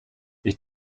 ich